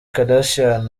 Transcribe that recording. kardashian